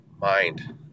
mind